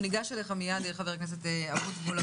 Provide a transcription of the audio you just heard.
ניגש אליך מיד, חבר הכנסת אבוטבול.